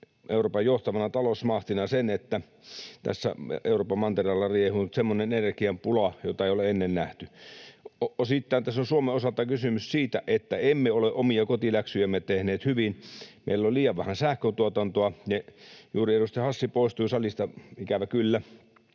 Euroopan johtavana talousmahtina sen, että tässä Euroopan mantereella riehuu nyt semmoinen energian pula, jota ei ole ennen nähty. Osittain tässä on Suomen osalta kysymys siitä, että emme ole omia kotiläksyjämme tehneet hyvin. Meillä on liian vähän sähköntuotantoa. Juuri edustaja Hassi poistui salista, ikävä kyllä